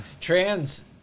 trans